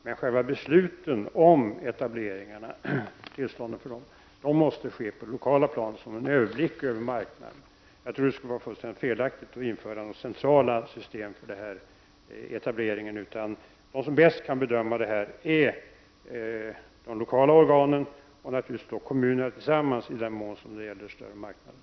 Men själva besluten om tillstånd för etableringarna måste fattas på det lokala planet, där det finns överblick över marknaden. Jag tror att det skulle vara fullständigt felaktigt att införa centrala system för denna etablering. De som bäst kan bedöma detta är de lokala organen och naturligtvis kommunerna tillsammans i den mån det gäller större marknader.